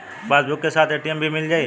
Passbook के साथ ATM भी मील जाई?